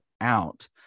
out